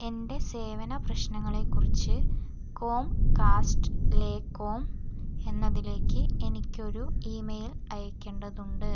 എന്റെ സേവന പ്രശ്നങ്ങളെക്കുറിച്ച് കോംകാസ്റ്റ്ലേകോം എന്നതിലേക്ക് എനിക്ക് ഒരു ഇ മെയിൽ അയയ്ക്കേണ്ടതുണ്ട്